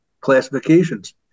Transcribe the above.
classifications